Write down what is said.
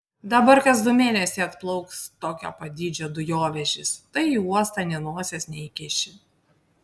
dabar kas du mėnesiai atplauks tokio pat dydžio dujovežis tai į uostą nė nosies neįkiši